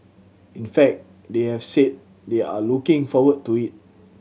in fact they have said they are looking forward to it